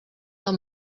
del